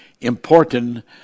important